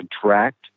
contract